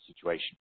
situation